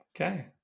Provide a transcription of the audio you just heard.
Okay